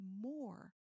more